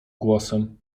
głosem